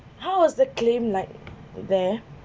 how was the claim like there